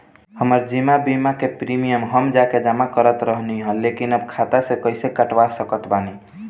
हमार जीवन बीमा के प्रीमीयम हम जा के जमा करत रहनी ह लेकिन अब खाता से कइसे कटवा सकत बानी?